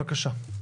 בבקשה.